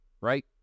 Right